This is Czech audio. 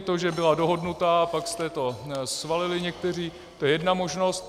To, že byla dohodnutá, a pak jste to svalili někteří, to je jedna možnost.